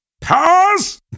pass